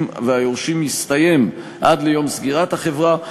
והיורשים יסתיים עד ליום סגירת החברה,